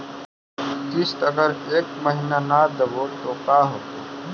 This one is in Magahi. किस्त अगर एक महीना न देबै त का होतै?